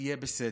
יהיה בסדר.